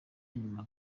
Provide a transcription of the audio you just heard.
nyuma